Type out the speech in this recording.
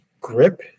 grip